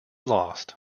lost